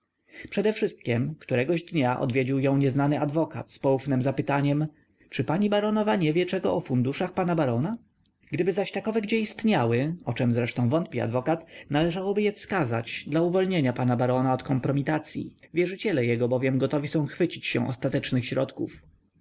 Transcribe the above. okoliczności przedewszystkiem któregoś dnia odwiedził ją nieznany adwokat z poufnem zapytaniem czy pani baronowa nie wie czego o funduszach pana barona gdyby zaś takowe gdzie istniały o czem zresztą wątpi adwokat należałoby je wskazać dla uwolnienia pana barona od kompromitacyi wierzyciele jego bowiem gotowi są chwycić się ostatecznych środków